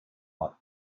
lot